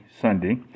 Sunday